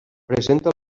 presenta